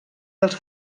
dels